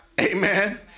Amen